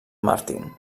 martin